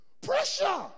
pressure